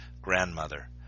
grandmother